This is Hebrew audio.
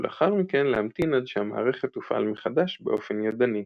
ולאחר מכן להמתין עד שהמערכת תופעל מחדש באופן ידני.